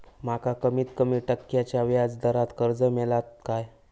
माका कमीत कमी टक्क्याच्या व्याज दरान कर्ज मेलात काय?